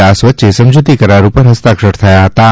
દાસ વચ્ચે સમજૂતી કરાર ઉપર હસ્તાક્ષર થયાં હતાં